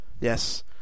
Yes